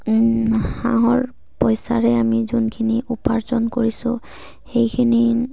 হাঁহৰ পইচাৰে আমি যোনখিনি উপাৰ্জন কৰিছোঁ সেইখিনি